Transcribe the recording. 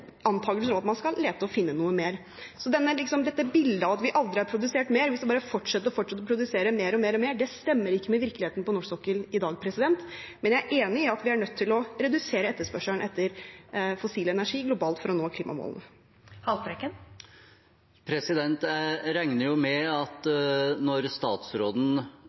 om at man skal lete og finne noe mer. Så dette bildet av at vi aldri har produsert mer, og at vi skal bare fortsette å produsere mer og mer og mer, det stemmer ikke med virkeligheten på norsk sokkel i dag. Men jeg er enig i at vi er nødt til å redusere etterspørselen etter fossil energi globalt for å nå klimamålene. Jeg regner jo med at når statsråden